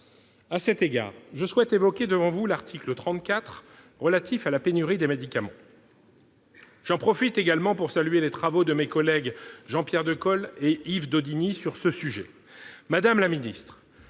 À cet égard, je souhaite évoquer devant vous l'article 34 du texte relatif à la pénurie de médicaments. J'en profite pour saluer les travaux de mes collègues Jean-Pierre Decool et Yves Daudigny sur le sujet. Madame la ministre,